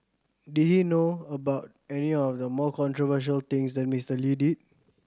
did he know about any of the more controversial things that Mister Lee did